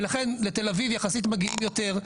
לכן לתל אביב יחסית מגיעים יותר.